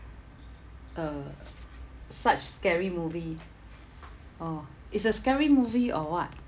uh such scary movie oh it's a scary movie or what